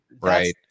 Right